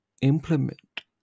implement